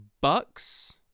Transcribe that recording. Bucks